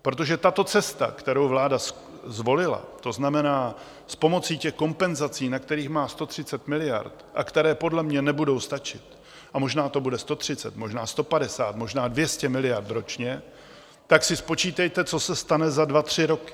Protože tato cesta, kterou vláda zvolila, to znamená s pomocí těch kompenzací, na kterých má 130 miliard a které podle mě nebudou stačit, a možná to bude 130, možná 150, možná 200 miliard ročně, tak si spočítejte, co se stane za dva tři roky.